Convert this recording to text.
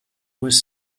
was